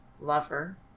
Lover